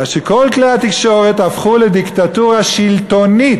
אלא שכל כלי התקשורת הפכו לדיקטטורה שלטונית.